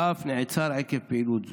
ואף נעצר עקב פעילות זו.